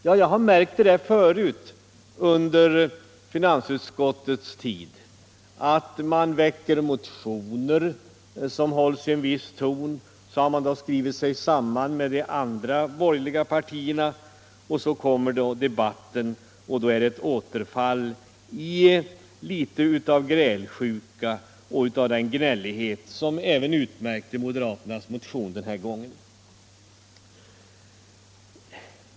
Ja, jag har märkt det förut under finansutskottets tid att man väcker motioner som hålls i en viss ton, och sedan skriver sig de borgerliga partierna samman i utskottet. Sedan har vi fått en debatt i kammaren, och då har man återfallit litet i den grälsjuka och gnällighet som utmärker moderaternas motion även den här gången.